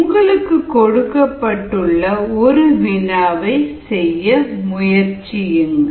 உங்களுக்கு கொடுக்கப்பட்டுள்ள ஒரு வினா செய்ய முயற்சியுங்கள்